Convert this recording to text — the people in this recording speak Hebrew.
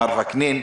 מר וקנין.